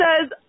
says